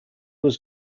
was